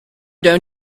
down